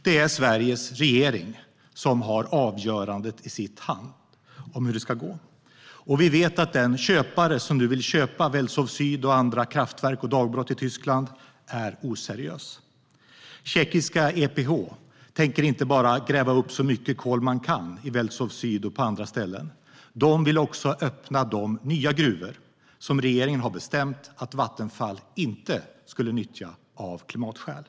Det är Sveriges regering som har avgörandet i sin hand om hur det ska gå. Vi vet att den köpare som nu vill köpa Welzow-Süd och andra kraftverk och dagbrott i Tyskland är oseriös. Tjeckiska EPH tänker inte bara gräva upp så mycket kol det kan i Welzow-Süd och på andra ställen. Det vill också öppna de nya gruvor som regeringen har bestämt att Vattenfall inte skulle nyttja av klimatskäl.